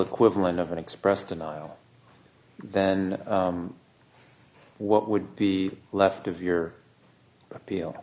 equivalent of an express denial then what would be left of your appeal